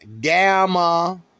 gamma